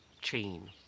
chain